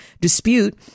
dispute